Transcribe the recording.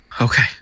Okay